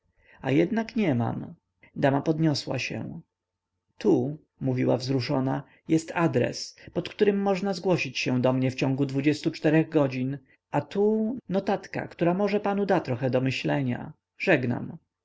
a jednak nie mam dama podniosła się tu mówiła wzruszona jest adres pod którym można zgłosić się do mnie wciągu godzin a tu notatka która może panu da trochę do myślenia żegnam